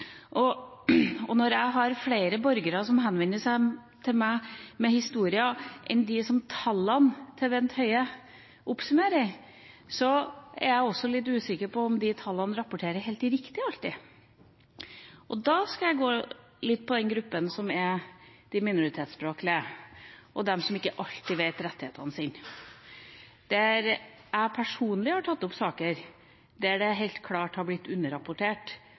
meg. Og når jeg har flere borgere som henvender seg til meg med historier enn det som tallene til Bent Høie oppsummerer, er jeg litt usikker på om de tallene alltid rapporterer helt riktig. Og da skal jeg gå litt til gruppa av minoritetsspråklige og de som ikke alltid vet om rettighetene sine, der jeg personlig har tatt opp saker der det helt klart har blitt underrapportert